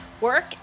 work